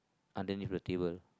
underneath the table